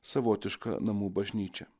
savotiška namų bažnyčia